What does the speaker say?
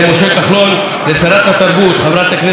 לשרת התרבות חברת הכנסת מירי רגב,